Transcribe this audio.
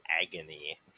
Agony